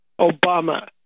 Obama